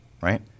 right